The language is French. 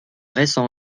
récents